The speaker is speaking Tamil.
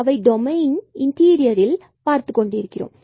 அவற்றை டொமைனின் இன்டீரியர் இல் பார்த்துக்கொண்டிருக்கிறோம்